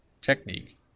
technique